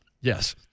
Yes